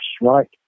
right